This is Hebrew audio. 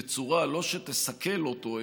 בצורה שלא תסכל אותו,